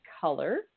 color